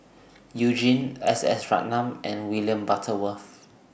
YOU Jin S S Ratnam and William Butterworth